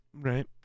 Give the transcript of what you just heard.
right